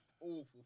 awful